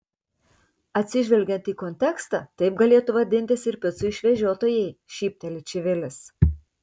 atsižvelgiant į kontekstą taip galėtų vadintis ir picų išvežiotojai šypteli čivilis